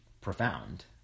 profound